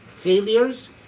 failures